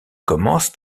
commence